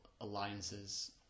alliances